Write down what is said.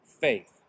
faith